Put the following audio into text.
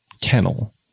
kennel